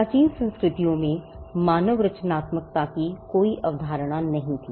प्राचीन संस्कृतियों में मानव रचनात्मकता की कोई अवधारणा नहीं थी